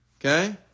Okay